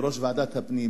כיושב-ראש ועדת הפנים